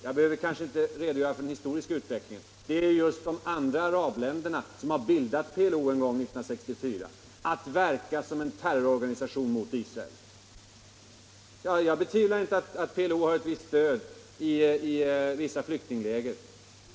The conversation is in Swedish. Jag behöver kanske inte redogöra för den historiska utvecklingen. Det är ju de andra arabländerna som har bildat PLO en gång — 1964 —- för att verka som en terrororganisation mot Israel. Jag betvivlar inte att PLO har ett visst stöd i vissa flyktingläger.